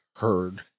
heard